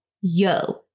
yo